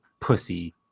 pussy